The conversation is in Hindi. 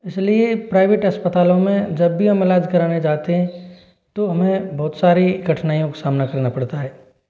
इसलिए प्राइवेट अस्पतालों में जब भी हम इलाज़ करने जाते हैं तो हमें बहुत सारी कठिनाइयों का सामना करना पड़ता है